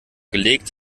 gelegt